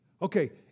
Okay